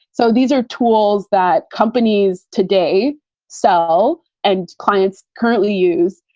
so these are tools that companies today sell and clients currently use.